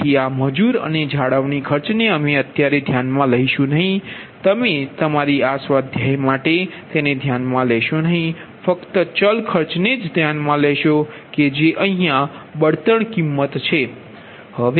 તેથી આ મજૂર અને જાળવણી ખર્ચ ને તમે તમારી આ સ્વાધ્યાય માટે ધ્યાનમાં લેશો નહીં ફક્ત ચલ ખર્ચને ધ્યાનમાં લેશે કે જે અહીયા બળતણ કિંમત છે